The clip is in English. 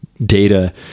data